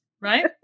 Right